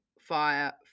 fire